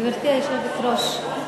גברתי היושבת-ראש,